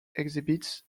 exhibits